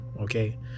Okay